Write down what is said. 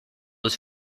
his